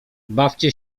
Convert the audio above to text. bawcie